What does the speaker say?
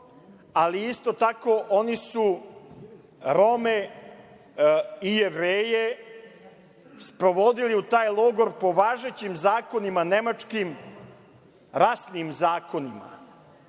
ali isto tako oni su Rome i Jevreje sprovodili u taj logor po važećim zakonima Nemačkim, rasnim zakonima. Naime,